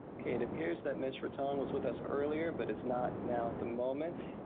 okay, it appears that mitch raton was with us earlier, but is not now at the moment.